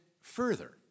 further